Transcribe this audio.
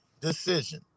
decision